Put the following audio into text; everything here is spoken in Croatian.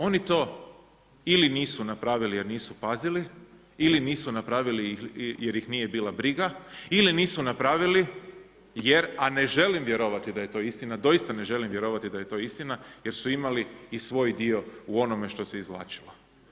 Oni to ili nisu napravili jer nisu pazili, ili nisu napravili jer ih nije bila briga ili nisu napravili, a ne želim vjerovati da je to istina, doista ne želim vjerovati da je to istina, jer su imali i svoj dio u onome što se izvlačilo.